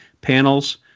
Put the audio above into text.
panels